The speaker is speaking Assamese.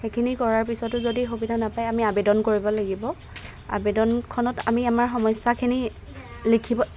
সেইখিনি কৰাৰ পিছতো যদি সুবিধা নাপায় আমি আবেদন কৰিব লাগিব আবেদনখনত আমি আমাৰ সমস্যাখিনি লিখিব